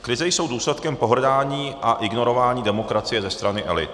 Krize jsou důsledkem pohrdání a ignorování demokracie ze strany elit.